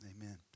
Amen